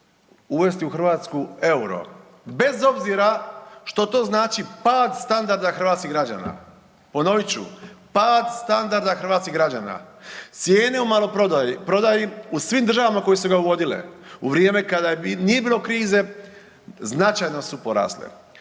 uvesti u Hrvatsku euro bez obzira što to znači pad standarda hrvatskih građana. Ponovit ću, pad standarda hrvatskih građana. Cijene u maloprodaji, u prodaji u svim državama koje su ga uvodile u vrijeme kada nije bilo krize, značajno su porasle.